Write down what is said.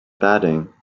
batting